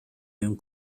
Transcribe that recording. mewn